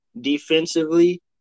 defensively